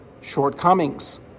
shortcomings